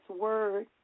word